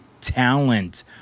talent